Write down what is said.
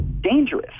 Dangerous